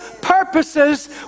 purposes